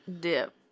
dip